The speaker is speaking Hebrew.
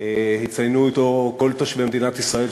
יציינו אותו כל תושבי מדינת ישראל,